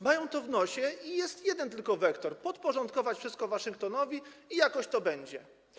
Mają to w nosie i jest jeden tylko wektor: podporządkować wszystko Waszyngtonowi i jakoś to będzie.